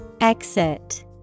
Exit